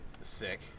sick